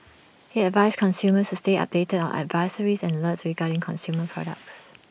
he advised consumers to stay updated on advisories and alerts regarding consumer products